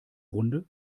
runde